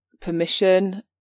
permission